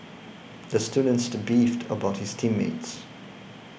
the student to beefed about his team mates